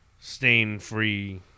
stain-free